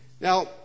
Now